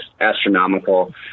astronomical